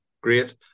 Great